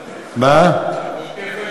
קצבה.